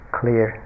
clear